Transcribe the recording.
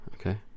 Okay